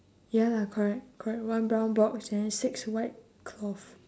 ya lah correct correct one brown box and then six white cloth